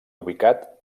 ubicat